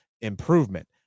improvement